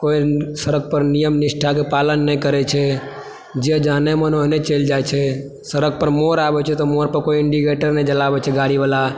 कोई सड़क पर नियम निष्ठाके पालन नहि करै छै जे जहने मन ओहने चलि जाइ छै सड़क पर मोड़ आबै छै तऽ मोड़ पर कोई इन्डीकेटर नहि जलाबै छै गाड़ी वाला